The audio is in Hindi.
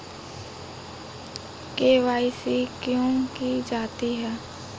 के.वाई.सी क्यों की जाती है?